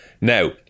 Now